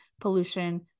pollution